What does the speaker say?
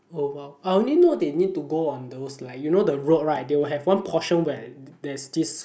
oh !wah! I only know they need to go on those like you know the road right they will have one portion where there's this